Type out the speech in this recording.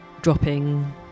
dropping